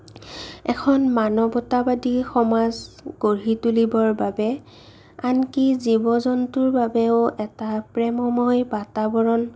এখন মানৱতাবাদী সমাজ গঢ়ি তুলিবৰ বাবে আনকি জীৱ জন্তুৰ বাবেও এটা প্ৰেমময় বাতাবৰণ